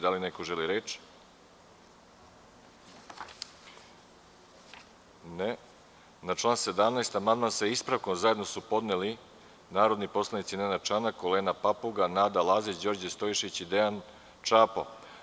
Da li neko želi reč? (Ne) Na član 17. amandman, sa ispravkom, zajedno su podneli narodni poslanici Nenad Čanak, Olena Papuga, Nada Lazić, Đorđe Stojšić i Dejan Čapo.